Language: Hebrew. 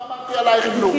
לא אמרתי עלייך כלום.